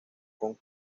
con